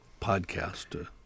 podcast